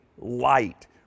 light